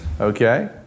Okay